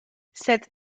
cette